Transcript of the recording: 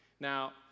Now